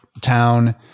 town